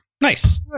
Nice